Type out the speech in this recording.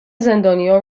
زندانیا